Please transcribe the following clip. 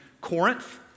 Corinth